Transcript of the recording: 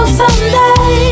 someday